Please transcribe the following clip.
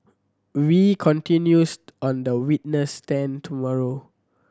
wee continues on the witness stand tomorrow